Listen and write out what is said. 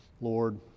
Lord